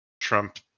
Trump